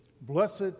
blessed